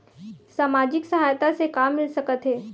सामाजिक सहायता से का मिल सकत हे?